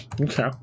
Okay